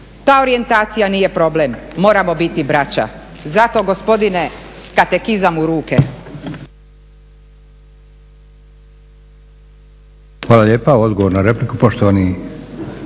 Ta orijentacija nije problem, moramo biti braća", zato gospodine Katekizam u ruke.